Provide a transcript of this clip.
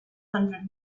hundred